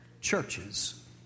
Churches